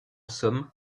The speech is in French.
somme